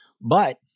but-